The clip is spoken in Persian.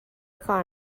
کار